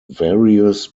various